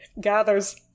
gathers